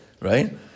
right